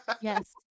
Yes